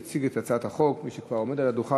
יציג את הצעת החוק מי שכבר עומד על הדוכן,